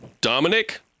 dominic